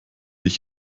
ich